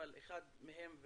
אבל אחד מהם,